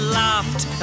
laughed